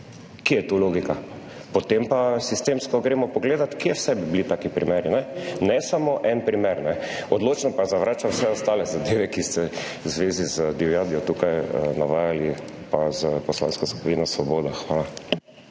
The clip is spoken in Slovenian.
Kje je tu logika? Potem pa sistemsko gremo pogledati, kje vse bi bili taki primeri, ne, ne samo en primer ne. Odločno pa zavračam vse ostale zadeve, ki ste v zvezi z divjadjo tukaj navajali, pa s Poslansko skupino Svoboda. Hvala.